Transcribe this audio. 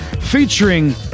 featuring